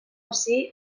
ací